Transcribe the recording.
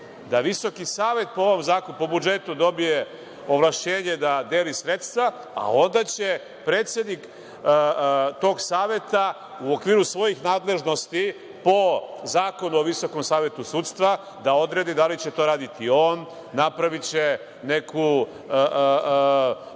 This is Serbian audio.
Da Visoki savet po budžetu dobije ovlašćenje da deli sredstva, a onda će predsednik tog saveta, u okviru svojih nadležnosti po Zakonu o Visokom savetu sudstva da odrede da li će to raditi on, napraviće neku